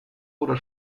oder